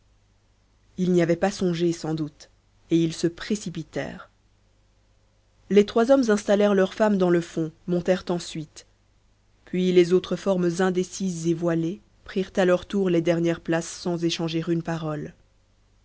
ils n'y avaient pas songé sans doute et ils se précipitèrent les trois hommes installèrent leurs femmes dans le fond montèrent ensuite puis les autres formes indécises et voilées prirent à leur tour les dernières places sans échanger une parole